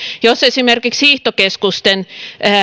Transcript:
jos esimerkiksi hiihtokeskusten